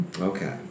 Okay